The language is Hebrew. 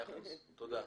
תודה.